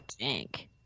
jank